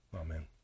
Amen